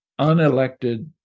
unelected